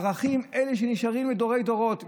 הערכים הם שנשארים לדורי-דורות,